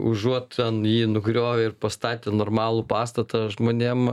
užuot ten jį nugriovė ir pastatė normalų pastatą žmonėm